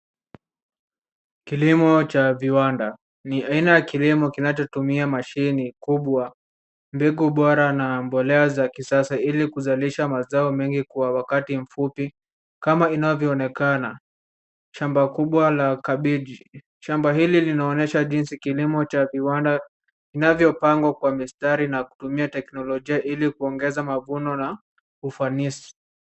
Kilimo cha viwanda. Ni aina ya kilimo kinachotumia machine kubwa, mbegu bora na mbolea za kisasa ili kuzalisha mazao mengi kwa wakati mfupi kama inavyoonekana. Shamba kubwa la kabegi. Shamba hili linaonyesha jinsi kilimo cha viwanda vinavyopangwa kwa mistari na kutumia teknolojia ili kuongeza mavuno na ufanisi.